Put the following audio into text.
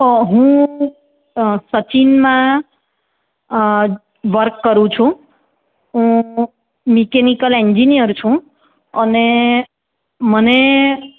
તો હું સચિનમાં વર્ક કરું છું હું મિકેનિકલ એન્જિનિયર છું અને મને